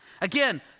Again